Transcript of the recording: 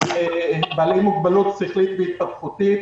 בעלי מוגבלות שכלית והתפתחותית.